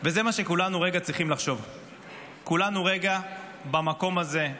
וזה מה שכולנו צריכים לחשוב רגע: במקום הזה,